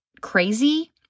crazy